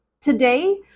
Today